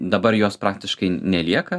dabar jos praktiškai nelieka